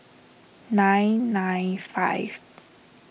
nine nine five